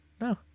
no